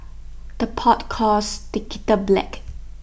the pot calls the kettle black